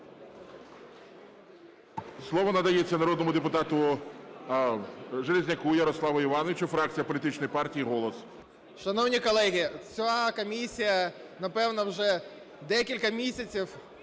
Слово надається народному депутату Железняку Ярославу Івановичу, фракція політичної партії "Голос". 11:28:28 ЖЕЛЕЗНЯК Я.І. Шановні колеги, ця комісія, напевно, вже декілька місяців